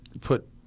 put